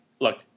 look